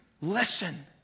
listen